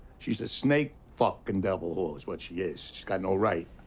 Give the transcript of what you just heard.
she's a snake fucking devil whore is what she is. she's got no right.